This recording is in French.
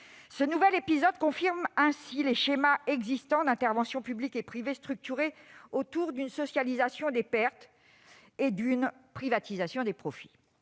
Ce nouvel épisode confirme ainsi les schémas existants d'intervention publique et privée structurés autour d'une socialisation des pertes et d'une privatisation des profits.